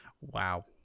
Wow